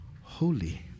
holy